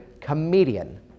Comedian